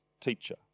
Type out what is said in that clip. teacher